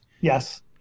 Yes